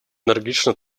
энергично